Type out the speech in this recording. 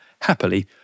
Happily